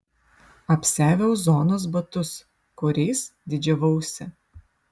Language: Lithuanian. apsiaviau zonos batus kuriais didžiavausi